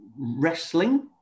wrestling